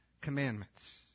commandments